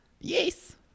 Yes